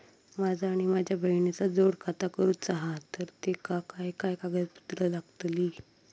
माझा आणि माझ्या बहिणीचा जोड खाता करूचा हा तर तेका काय काय कागदपत्र लागतली?